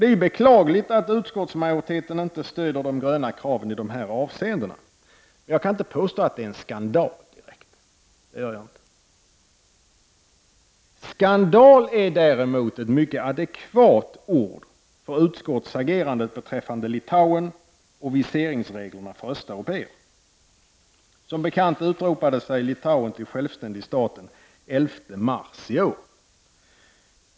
Det är beklagligt att utskottsmajoriteten inte stödjer de gröna kraven i de här avseendena, men jag kan inte påstå att det är någon skandal. Skandal är däremot ett adekvat ord för utskottets agerande beträffande Litauen och viseringsreglerna för östeuropéer. Som bekant utropade sig Litauen som självständig stat den 11 mars i år.